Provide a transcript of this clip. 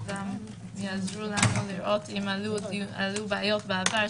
יעזרו לנו לראות אם עלו בעיות בעבר.